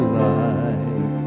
life